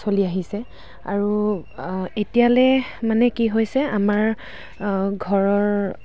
চলি আহিছে আৰু এতিয়ালৈ মানে কি হৈছে আমাৰ ঘৰৰ